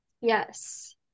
Yes